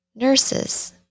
nurses